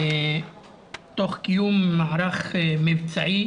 תוך קיום מערך מבצעי